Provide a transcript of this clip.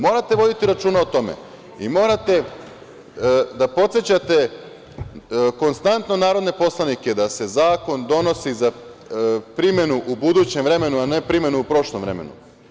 Morate voditi računa o tome i morate da podsećate konstantno narodne poslanike da se zakon donosi za primenu u budućem vremenu, a ne primenu u prošlom vremenu.